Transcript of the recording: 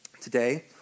today